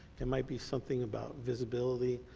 it might be something about visibility,